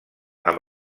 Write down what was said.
amb